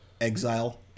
Exile